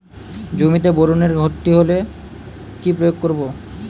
জমিতে বোরনের ঘাটতি হলে কি প্রয়োগ করব?